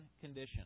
condition